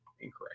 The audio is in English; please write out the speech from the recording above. incorrect